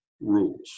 rules